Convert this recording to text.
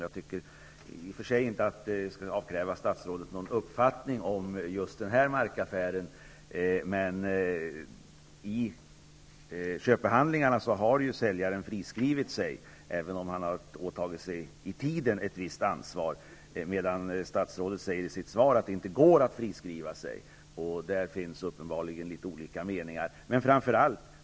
Jag skall i och för sig inte avkräva statsrådet någon uppfattning om just denna markaffär. Men i köpehandlingarna har säljaren friskrivit sig, även om han har åtagit sig i tiden ett visst ansvar. Statsrådet säger i frågesvaret att det inte går att friskriva sig. Där finns uppenbarligen litet olika meningar.